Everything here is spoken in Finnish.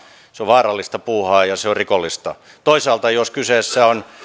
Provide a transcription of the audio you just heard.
se on vaarallista puuhaa ja se on rikollista toisaalta jos kyseessä on